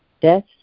Death